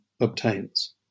obtains